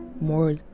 more